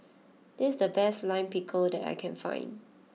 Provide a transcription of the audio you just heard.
this is the best Lime Pickle that I can find